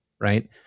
right